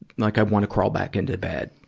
like i wanna crawl back into bed.